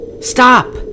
Stop